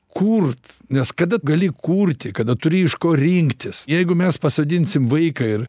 kurt nes kada gali kurti kada turi iš ko rinktis jeigu mes pasodinsim vaiką ir